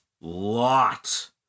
lot